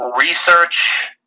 research